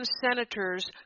Senators